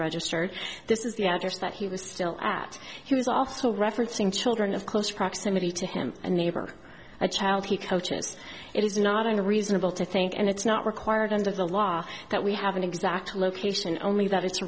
registered this is the address that he was still at he was also referencing children of close proximity to him a neighbor a child he coaches it is not only reasonable to think and it's not required under the law that we have an exact location only that it's